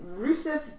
Rusev